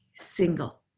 single